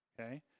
okay